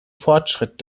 fortschritt